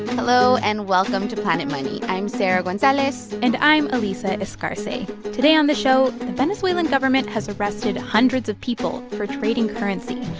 hello, and welcome to planet money. i'm sarah gonzales and i'm alissa escarce. today on the show, the venezuelan government has arrested hundreds of people for trading currency.